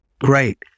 Great